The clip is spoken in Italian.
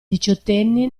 diciottenni